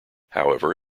however